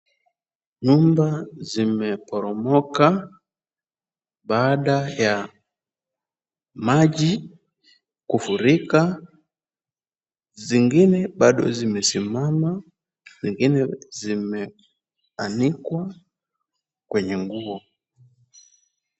Nyumba zimeporomoka, baada ya maji kufurika. Zingine bado zimesima, zingine, zingine zimeanikwa kwenye nguo.